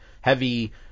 heavy